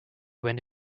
went